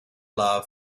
love